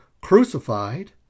crucified